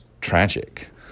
tragic